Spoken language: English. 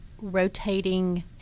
rotating